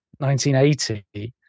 1980